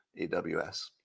AWS